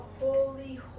holy